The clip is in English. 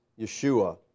Yeshua